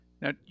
Now